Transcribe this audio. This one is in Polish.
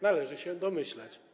Należy się domyślać.